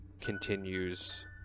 continues